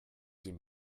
dem